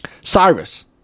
Cyrus